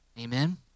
amen